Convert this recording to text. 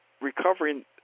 recovering